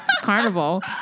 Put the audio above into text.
carnival